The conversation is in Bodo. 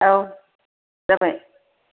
औ जाबाय